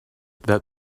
that